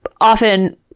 Often